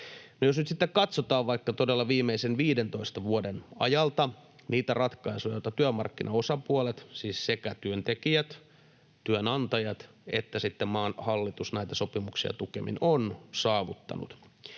jos nyt sitten katsotaan vaikka viimeisen 15 vuoden ajalta niitä ratkaisuja, joita työmarkkinaosapuolet, siis sekä työntekijät, työnantajat että maan hallitus näitä sopimuksia tukien ovat saavuttaneet,